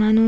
ನಾನು